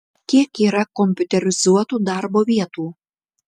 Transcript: kiek yra kompiuterizuotų darbo vietų